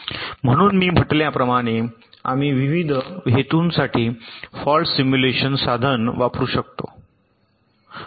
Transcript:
म्हणून मी म्हटल्याप्रमाणे आम्ही विविध हेतूंसाठी फॉल्ट सिम्युलेशन साधन वापरू शकतो